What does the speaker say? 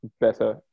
better